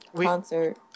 concert